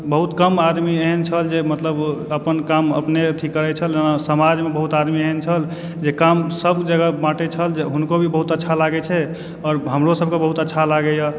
बहुत कम आदमी एहन छल जे मतलब अपन काम अपने अथी करए छल जेना समाजमे बहुत आदमी एहन छल जे काम सब जगह बाँटए छल जे हुनको भी बहुत अच्छा लागए छै आओर हमरो सबके बहुत अच्छा लागैए